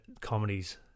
comedies